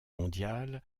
mondiale